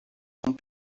sont